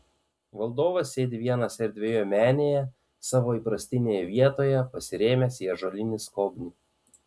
valdovas sėdi vienas erdvioje menėje savo įprastinėje vietoje pasirėmęs į ąžuolinį skobnį